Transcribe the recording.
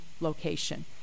location